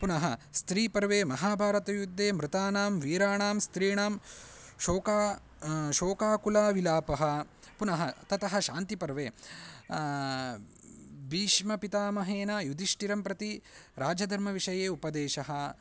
पुनः स्त्रीपर्वे महाभारतयुद्धे मृतानां वीराणां स्त्रीणां शोकः शोकाकुलविलापः पुनः ततः शान्तिपर्वे भीष्मपितामहेन युधिष्ठिरं प्रति राजधर्मविषये उपदेशः